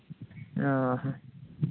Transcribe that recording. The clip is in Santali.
ᱚ ᱦᱚᱸ